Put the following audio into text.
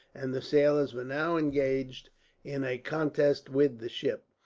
and the sailors were now engaged in a contest with the ship.